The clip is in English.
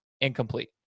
Incomplete